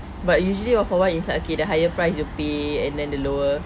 but usually one for one is like okay the higher price you pay and then the lower